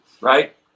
Right